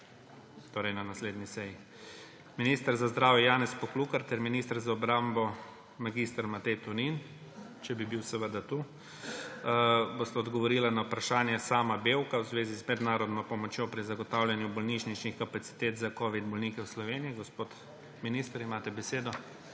na naslednji seji. Minister za zdravje Janez Poklukar ter minister za obrambo mag. Matej Tonin, če bi bil seveda tu, bosta odgovorila na vprašanje Sama Bevka v zvezi z mednarodno pomočjo pri zagotavljanju bolnišničnih kapacitet za covid bolnike v Sloveniji. Gospod minister, imate besedo.